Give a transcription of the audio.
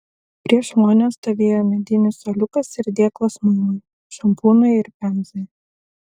prieš vonią stovėjo medinis suoliukas ir dėklas muilui šampūnui ir pemzai